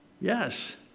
Yes